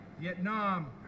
Vietnam